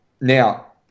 Now